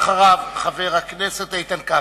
אחריו, חבר הכנסת איתן כבל.